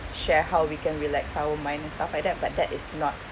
share how we can relax our mind and stuff like that but that is not